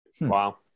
wow